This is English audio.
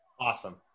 Awesome